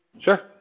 Sure